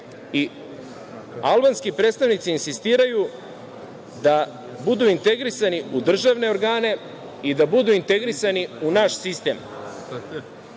Albanski predstavnici insistiraju da budu integrisani u državne organe i da budu integrisani u naš sistem.